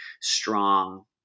strong